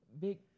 big